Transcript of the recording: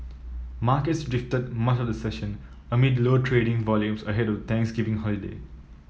markets drifted much of the session amid low trading volumes ahead of Thanksgiving holiday